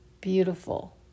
beautiful